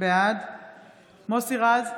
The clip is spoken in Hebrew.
בעד מוסי רז,